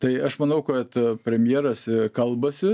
tai aš manau kad premjeras kalbasi